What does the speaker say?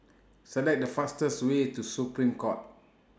Select The fastest Way to Supreme Court